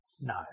no